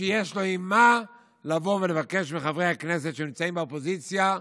שיש לו מה לבוא ולבקש מחברי הכנסת שנמצאים באופוזיציה,